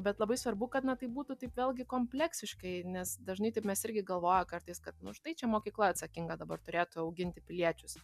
bet labai svarbu kad na tai būtų taip vėlgi kompleksiškai nes dažnai taip mes irgi galvoja kartais kad štai čia mokykla atsakinga dabar turėtų auginti piliečius